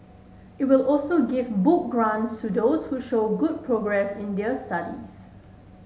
it will also give book grants to those who show good progress in their studies